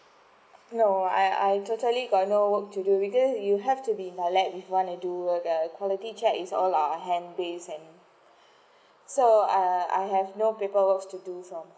no I I totally got no work to do because you have to be in the lab if you want to do work quality check is all ah hand base and um so uh I have no paper work to do from